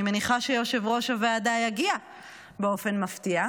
אני מניחה שיושב-ראש הוועדה יגיע באופן מפתיע.